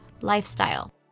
lifestyle